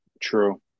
True